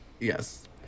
Yes